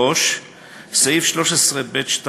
3. סעיף 13ב2(א)